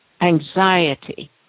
anxiety